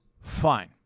Fine